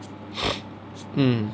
mm